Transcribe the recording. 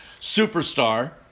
superstar